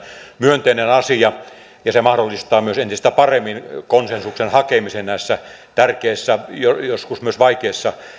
myönteinen asia ja se mahdollistaa myös entistä paremmin konsensuksen hakemisen näissä tärkeissä joskus myös vaikeissa